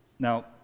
Now